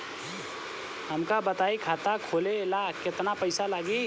हमका बताई खाता खोले ला केतना पईसा लागी?